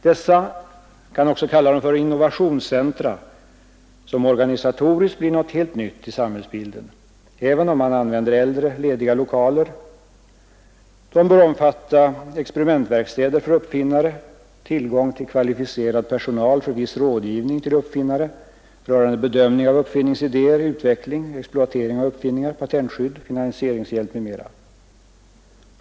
Dessa innovationscentra — vi kan också kalla dem så — som organisatoriskt blir något helt nytt i samhällsbilden — även om man använder äldre, lediga lokaler — bör omfatta experimentverkstäder för uppfinnare samt ge tillgång till kvalificerad personal för viss rådgivning till uppfinnare, bedömning av uppfinningsidéer, utveckling och exploatering av uppfinningar. Där skulle uppfinnare också kunna få hjälp med att söka patent och att finansiera patentansökningarna.